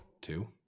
Two